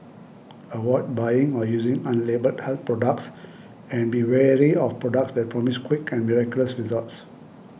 avoid buying or using unlabelled health products and be warily of products that promise quick and miraculous results